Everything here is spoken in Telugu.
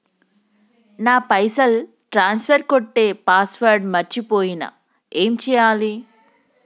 నా పైసల్ ట్రాన్స్ఫర్ కొట్టే పాస్వర్డ్ మర్చిపోయిన ఏం చేయాలి?